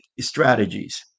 strategies